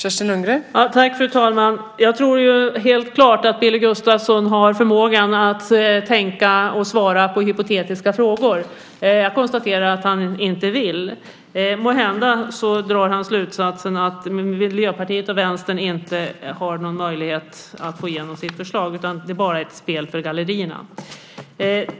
Fru talman! Jag tror helt klart att Billy Gustafsson har förmågan att tänka och svara på hypotetiska frågor. Jag konstaterar att han inte vill. Måhända drar han slutsatsen att Miljöpartiet och Vänstern inte har någon möjlighet att få igenom sitt förslag utan att det bara är ett spel för gallerierna.